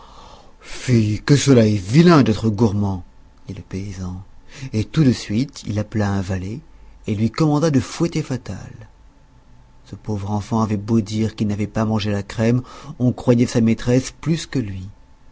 fi que cela est vilain d'être gourmand dit le paysan et tout de suite il appela un valet et lui commanda de fouetter fatal ce pauvre enfant avait beau dire qu'il n'avait pas mangé la crème on croyait sa maîtresse plus que lui